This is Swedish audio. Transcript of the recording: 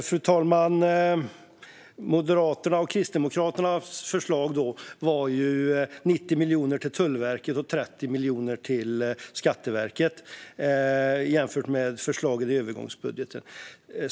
Fru talman! Moderaternas och Kristdemokraternas förslag var ju 90 miljoner mer till Tullverket och 30 miljoner mer till Skatteverket jämfört med förslaget i övergångsbudgeten.